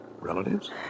Relatives